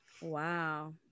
Wow